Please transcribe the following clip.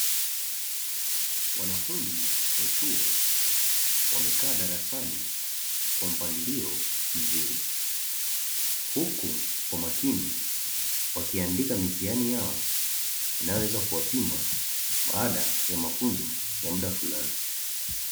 Wanafunzi wa chuo wamekaa darasani kwa mpangilio mzuri, huku kwa makini wakiandika mitiani yao inayoweza kuwapima baada ya mafunzo ya mda fulani.